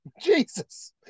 Jesus